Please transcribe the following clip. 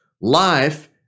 life